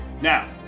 Now